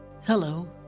Hello